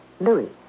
Louis